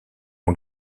mon